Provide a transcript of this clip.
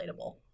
relatable